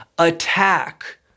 Attack